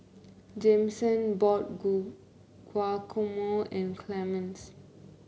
Jameson bought Guacamole and Clemence